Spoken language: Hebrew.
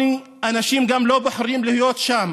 אנשים לא בוחרים להיות שם.